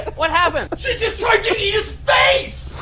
but what happened? she just tried to eat his face.